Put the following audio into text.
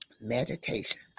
meditation